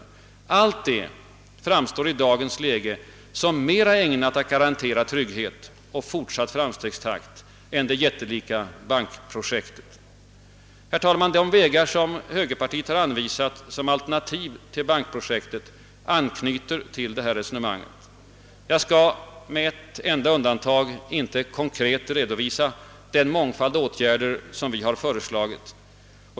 Allt detta framstår i dagens läge som mer ägnat att garantera tryggheten och fortsatt framstegstakt än det jättelika bankprojektet. De vägar som högerpartiet har anvisat som alternativ till bankprojektet anknyter till detta resonemang. Jag skall med ett enda undantag inte konkret redovisa den mångfald åtgärder som vi har föreslagit.